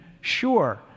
sure